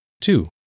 Two